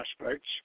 aspects